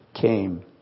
came